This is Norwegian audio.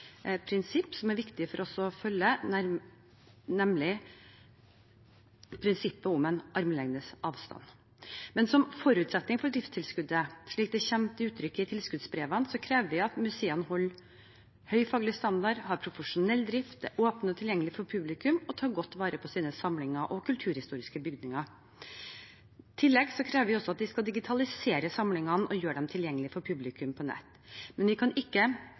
prinsipp som er viktig for oss å følge, nemlig prinsippet om å holde armlengdes avstand. Men som forutsetning for driftstilskuddet, slik det kommer til uttrykk i tilskuddsbrevene, krever vi at museene holder høy faglig standard, har profesjonell drift, er åpne og tilgjengelige for publikum og tar godt vare på sine samlinger og kulturhistoriske bygninger. I tillegg krever vi at de skal digitalisere samlingene og gjøre dem tilgjengelig for publikum på nett, men vi kan ikke